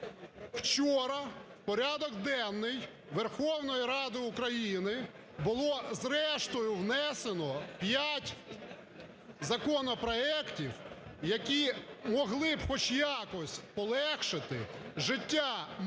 вчора в порядок денний Верховної Ради України було зрештою внесено п'ять законопроектів, які могли б хоч якось полегшати життя майже двох